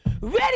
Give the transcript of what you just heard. ready